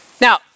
Now